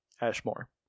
ashmore